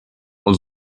und